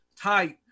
tight